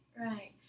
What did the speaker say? Right